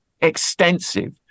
extensive